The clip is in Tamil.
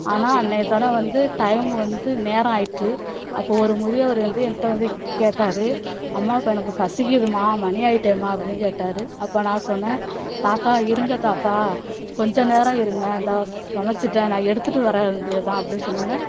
ஆனால் அன்றைய தினம் வந்து டைம் வந்து நேரம் ஆயிட்டு அப்போ ஒரு முதியவர் வந்து என்கிட்ட வந்து கேட்டார் அம்மா இப்போ எனக்கு பசிக்குதும்மா மணி ஆயிட்டேம்மா அப்படின்னு கேட்டார் அப்போ நான் சொன்னேன் தாத்தா இருங்க தாத்தா கொஞ்சம் நேரம் இருங்க இந்தா சமைச்சிவிட்டேன் நான் எடுத்துட்டு வர வேண்டியது தான் அப்படின்னு சொன்னோன